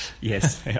Yes